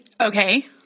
Okay